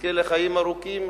יזכה לחיים ארוכים,